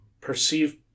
perceive